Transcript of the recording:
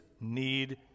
need